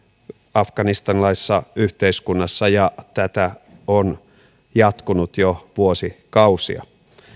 afganistanilaisessa yhteiskunnassa ja tätä on jatkunut jo vuosikausia